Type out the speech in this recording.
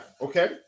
okay